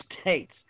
States